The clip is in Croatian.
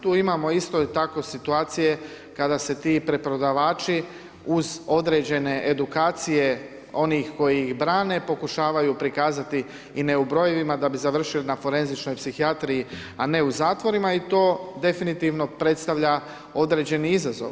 Tu imamo isto tako situacije, kada se ti preprodavači, uz određene edukacije onih koji ih brane, pokušavaju prikazati i neubrojivima, da bi završili na forenzičnoj psihijatriji, a ne u zatvorima i to definitivno predstavlja određeni izazov.